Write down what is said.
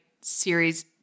series